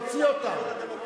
להוציא אותם.